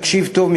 תקשיב טוב,